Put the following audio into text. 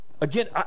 again